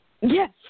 Yes